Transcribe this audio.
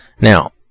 Now